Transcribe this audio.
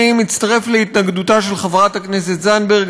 אני מצטרף להתנגדותה של חברת הכנסת זנדברג.